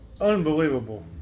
unbelievable